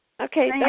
Okay